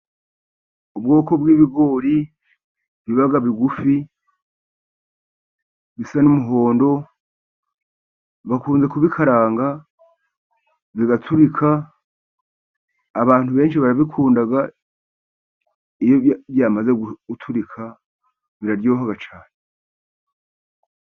Ubwoko bw'ibigori biba bigufi, bisa n'umuhondo, bakunze kubikaranga bigaturika, abantu benshi barabikunda, iyo byamaze guturika biraryoha cyane.